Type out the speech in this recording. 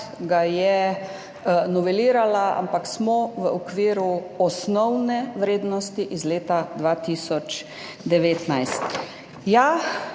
mandat, novelirala, ampak smo v okviru osnovne vrednosti iz leta 2019.